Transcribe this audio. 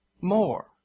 more